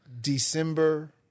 December